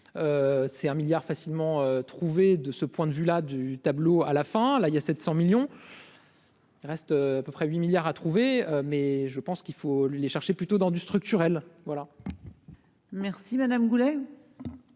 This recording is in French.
c'est un milliard facilement trouver de ce point de vue-là du tableau à la fin, là il y a 700 millions. Reste à peu près 8 milliards à trouver mais je pense qu'il faut les chercher plutôt dans du structurel voilà. Merci Madame Goulet,